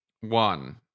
one